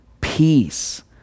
peace